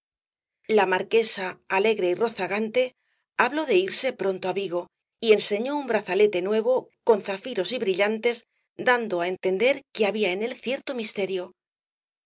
la marquesa alegre y rozagante habló de irse pronto á vigo y enseñó un brazalete nuevo con zafiros y brillantes dando á entender que había en él cierto misterio